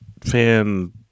fan